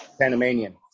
Panamanian